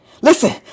listen